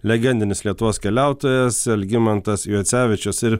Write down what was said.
legendinis lietuvos keliautojas algimantas juocevičius ir